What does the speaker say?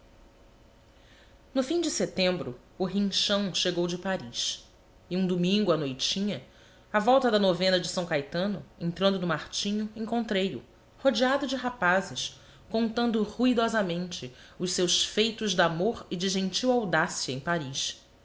no fim de setembro o rinchão chegou de paris e um domingo à noitinha à volta da novena de são caetano entrando no martinho encontrei-o rodeado de rapazes contando ruidosamente os seus feitos de amor e de gentil audácia em paris